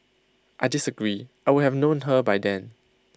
I disagree I would have known her by then